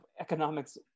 economics